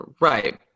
Right